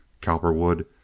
Cowperwood